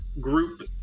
group